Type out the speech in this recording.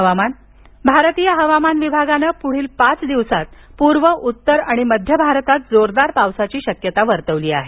हवामान भारतीय हवामान विभागान पुढील पाच दिवसांत पूर्व उत्तर आणि मध्य भारतात जोरदार पावसाची शक्यता वर्तवली आहे